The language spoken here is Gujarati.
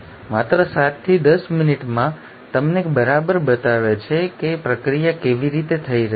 માત્ર 7થી 10 મિનિટમાં તેઓ તમને બરાબર બતાવે છે કે પ્રક્રિયા કેવી રીતે થઈ રહી છે